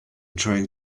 trying